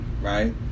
right